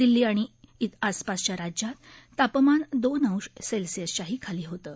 दिल्ली आणि इतर आसपासच्या राज्यात तापमान दोन अंश सेल्सियसच्याही खाली होतं